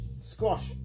Squash